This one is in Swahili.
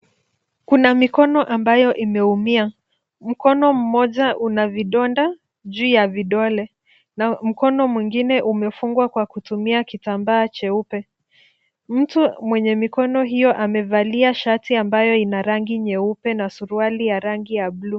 Kuna mikono ambayo imeumia. Mkono mmoja una vidonda juu ya vidole na mkono mwingine umefungwa kwa kutumia kitambaa cheupe. Mtu mwenye mikono hiyo amevalia shati ambayo ina rangi nyeupe na suruali ya rangi ya bluu.